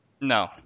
No